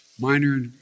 Minor